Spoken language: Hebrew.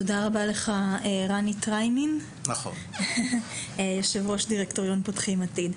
תודה רבה לך רני טריינין יושב ראש דירקטוריון "פותחים עתיד".